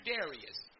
Darius